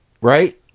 right